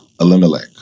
Elimelech